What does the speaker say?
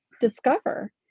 discover